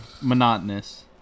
monotonous